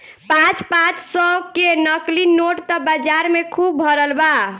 पाँच पाँच सौ के नकली नोट त बाजार में खुब भरल बा